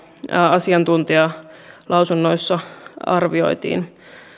asiantuntijalausunnoissa arvioitiin